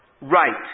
right